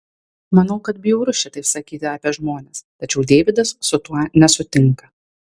manau kad bjauru šitaip sakyti apie žmones tačiau deividas su tuo nesutinka